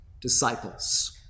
disciples